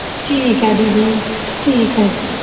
ਠੀਕ ਹੈ ਦੀਦੀ ਠੀਕ ਹੈ ਜੀ